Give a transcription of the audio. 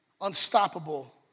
unstoppable